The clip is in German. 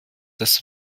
das